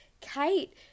kate